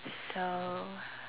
so